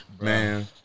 man